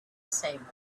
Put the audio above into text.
same